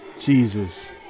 Jesus